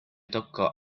toccò